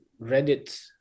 reddit